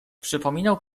przypominał